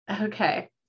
Okay